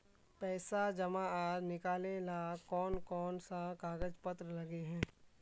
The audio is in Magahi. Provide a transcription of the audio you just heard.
पैसा जमा आर निकाले ला कोन कोन सा कागज पत्र लगे है?